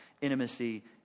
Intimacy